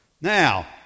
Now